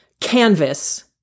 canvas